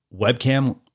webcam